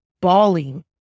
bawling